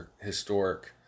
historic